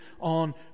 on